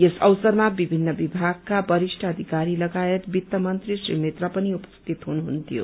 यस अवसरमा विभिन्न विभागका वरिष्ठ अधिकारी लगायत वित्तमन्त्री श्री मित्रा पनि उपस्थित हुनुहुन्थ्यो